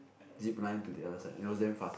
zip line to the other side it was damn fast